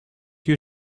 you